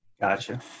gotcha